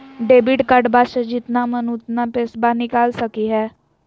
Debit कार्डबा से जितना मन उतना पेसबा निकाल सकी हय?